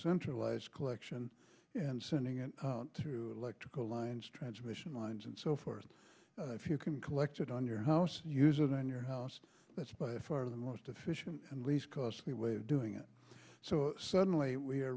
centralized collection and sending it through electrical lines transmission lines and so forth if you can collect it on your house user then your house that's by far the most efficient and least costly way of doing it so suddenly we are